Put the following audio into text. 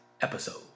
episode